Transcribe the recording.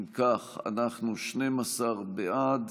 אם כך, 12 בעד,